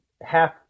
half